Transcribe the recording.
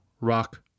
rock